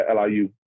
LIU